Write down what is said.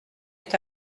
est